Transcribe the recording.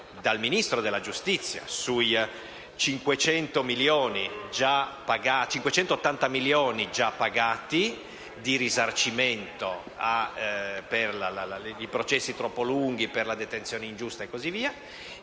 dal Ministero della giustizia sui 580 milioni già pagati di risarcimento per i processi troppo lunghi e per la detenzione ingiusta. Altri